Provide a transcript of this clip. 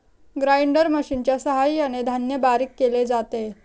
grinder मशिनच्या सहाय्याने धान्य बारीक केले जाते